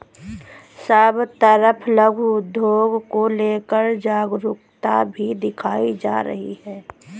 सब तरफ लघु उद्योग को लेकर जागरूकता भी दिखाई जा रही है